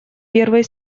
первый